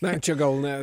na čia gal ne